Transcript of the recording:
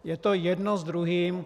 Je to jedno s druhým.